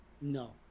No